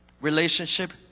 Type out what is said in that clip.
Relationship